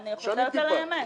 אני חוזרת על האמת.